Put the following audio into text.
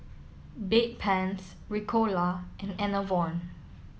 Bedpans Ricola and Enervon